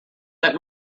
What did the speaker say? that